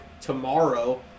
tomorrow